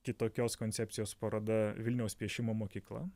kitokios koncepcijos paroda vilniaus piešimo mokykla